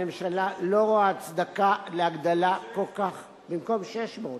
הממשלה לא רואה הצדקה להגדלה כל כך, במקום כמה?